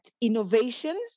innovations